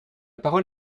parole